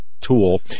tool